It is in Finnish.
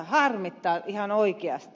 harmittaa ihan oikeasti